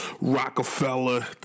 Rockefeller